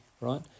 right